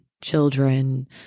children